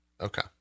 Okay